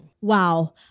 Wow